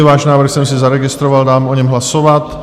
Váš návrh jsem si zaregistroval, dám o něm hlasovat.